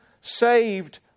saved